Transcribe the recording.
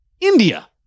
India